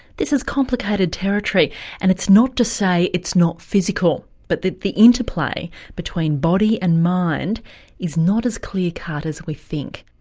this is complicated territory and it's not to say it's not physical, but that the interplay between body and mind is not as clear cut as we think.